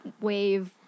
wave